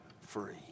free